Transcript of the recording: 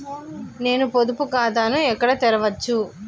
నేను పొదుపు ఖాతాను ఎక్కడ తెరవచ్చు?